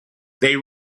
they